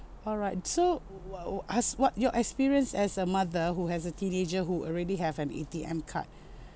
alright so w~ has what your experience as a mother who has a teenager who already have an A_T_M card